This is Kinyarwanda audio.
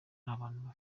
abantu